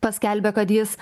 paskelbė kad jis